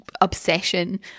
obsession